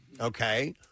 Okay